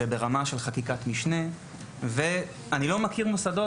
זה ברמה של חקיקת משנה ואני לא מכיר מוסדות